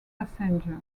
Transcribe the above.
passenger